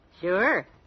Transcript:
Sure